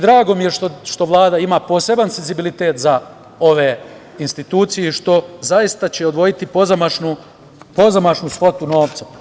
Drago mi je što Vlada ima poseban senzibilitet za ove institucije i što će zaista odvojiti pozamašnu svotu novca.